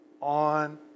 on